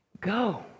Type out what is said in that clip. Go